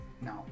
No